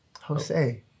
Jose